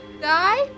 guy